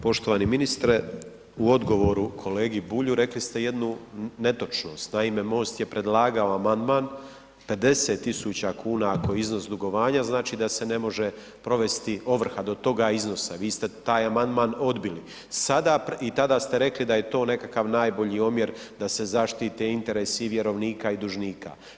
Poštovani ministre u odgovoru kolegi Bulju rekli ste jednu netočnost, naime Most je predlagao amandman, 50 tisuća kuna ako je iznos dugovanja znači da se ne može provesti ovrha do toga iznosa, vi ste tada taj amandman odbili i tada ste rekli da je to nekakav najbolji omjer da se zaštite interesi i vjerovnika i dužnika.